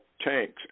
tanks